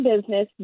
business